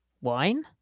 wine